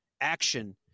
action